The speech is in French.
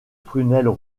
prunelles